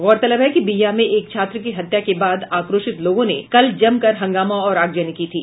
गौरतलब है कि बिहियां में एक छात्र की हत्या के बाद आक्रोशित लोगों ने कल जमकर हंगामा और आगजनी की थी